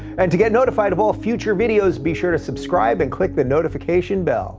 and to get notified of all future videos, be sure to subscribe and click the notification bell.